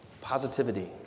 positivity